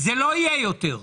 זה לא יהיה יותר.